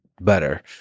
better